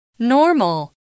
Normal